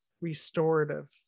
restorative